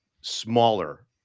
smaller